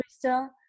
Crystal